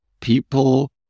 people